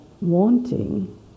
wanting